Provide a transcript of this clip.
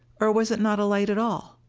or was it not a light at all?